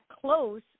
close